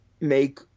make